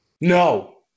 No